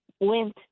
went